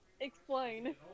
Explain